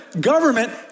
government